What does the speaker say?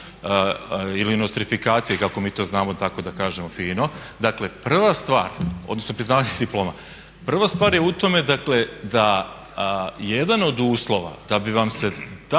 ili nostrifikacije kako mi to znamo tako da kažemo fino dakle prva stvar, odnosno priznavanje diploma, prva stvar je u tome dakle da jedan od uvjeta da bi vam se ta